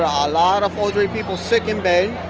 a lot of older people sick in bed.